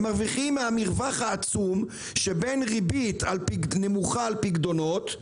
הם מרוויחים מהמרווח העצום שבין ריבית נמוכה על פיקדונות,